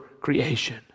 creation